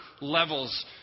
levels